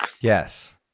Yes